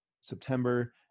September